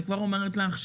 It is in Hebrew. אני כבר אומרת לך,